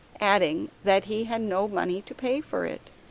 adding that he had no money to pay for it.